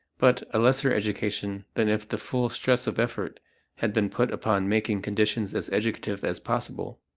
but a lesser education than if the full stress of effort had been put upon making conditions as educative as possible.